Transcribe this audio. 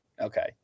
Okay